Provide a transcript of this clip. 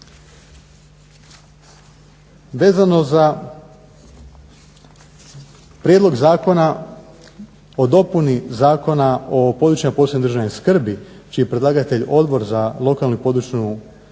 Vezano za Prijedlog zakona o dopuni Zakona o područjima posebne državne skrbi čiji je predlagatelj Odbor za lokalnu i područnu